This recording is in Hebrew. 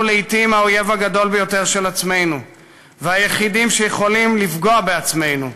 אנחנו לעתים האויב הגדול ביותר של עצמנו והיחידים שיכולים לפגוע בעצמנו,